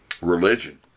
religion